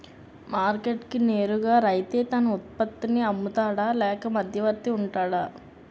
Market కి నేరుగా రైతే తన ఉత్పత్తి నీ అమ్ముతాడ లేక మధ్యవర్తి వుంటాడా?